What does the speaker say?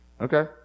Okay